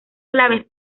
claves